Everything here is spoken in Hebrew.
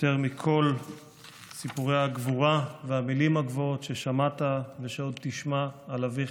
יותר מכל סיפורי הגבורה והמילים הגבוהות ששמעת ושעוד תשמע על אביך,